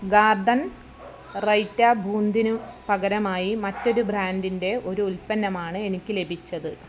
garden right ബൂന്തിന് പകരമായി മറ്റൊരു ബ്രാൻഡിന്റെ ഒരു ഉൽപ്പന്നമാണ് എനിക്ക് ലഭിച്ചത്